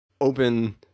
open